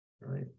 right